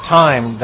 time